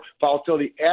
volatility